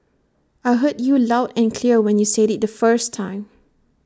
I heard you loud and clear when you said IT the first time